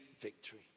victory